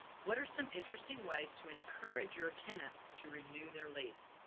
what are some interesting ways to encourage your tenants to renew their lease?